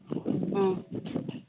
ꯎꯝ